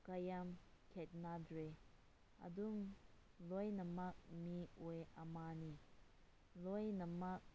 ꯀꯌꯥꯝ ꯈꯦꯅꯗ꯭ꯔꯦ ꯑꯗꯨꯝ ꯂꯣꯏꯅꯃꯛ ꯃꯤꯑꯣꯏ ꯑꯃꯅꯤ ꯂꯣꯏꯅꯃꯛ